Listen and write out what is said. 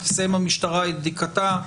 תסיים המשטרה את בדיקתה,